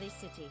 City